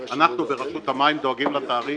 אנחנו, ברשות המים, דואגים לתעריף